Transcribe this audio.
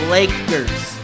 Lakers